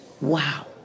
Wow